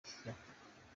afurika